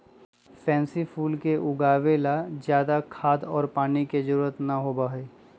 pansy फूल के उगावे ला ज्यादा खाद और पानी के जरूरत ना होबा हई